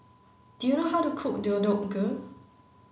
do you know how to cook Deodeok Gui